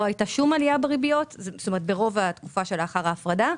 לא הייתה שום עלייה בריביות ברוב התקופה שלאחר ההפרדה,